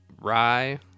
rye